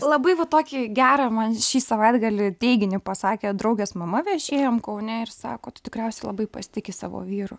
labai va tokį gerą man šį savaitgalį teiginį pasakė draugės mama viešėjom kaune ir sako tu tikriausiai labai pasitiki savo vyru